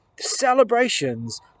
celebrations